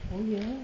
oh ya